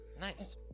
Nice